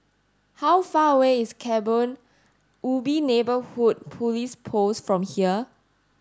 how far away is Kebun Ubi Neighbourhood Police Post from here